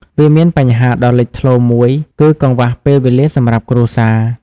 វាមានបញ្ហាដ៏លេចធ្លោមួយគឺ កង្វះពេលវេលាសម្រាប់គ្រួសារ។